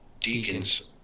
deacon's